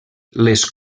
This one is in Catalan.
les